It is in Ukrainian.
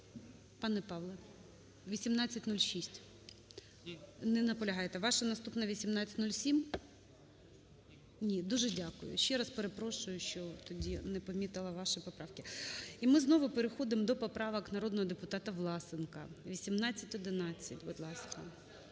Пане Павле, 1806. Не наполягаєте. Ваша наступна - 1807? Ні. Дуже дякую. Ще раз перепрошую, що тоді не помітила ваші поправки. І ми знову переходимо до поправок народного депутата Власенка. 1811, будь ласка.